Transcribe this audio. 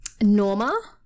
norma